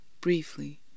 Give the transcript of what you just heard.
briefly